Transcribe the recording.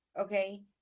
okay